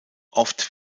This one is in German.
oft